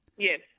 Yes